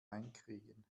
einkriegen